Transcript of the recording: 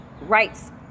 rights